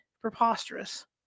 Preposterous